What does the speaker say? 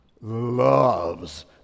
loves